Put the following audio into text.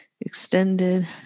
extended